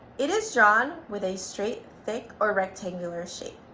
it is drawn with a straight, thick, or rectangular shape.